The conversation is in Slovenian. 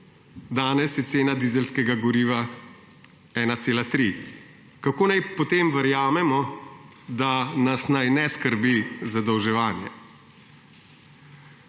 Danes je cena dizelskega goriva 1,3. Kako naj potem verjamem, da nas naj ne skrbi zadolževanje?